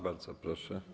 Bardzo proszę.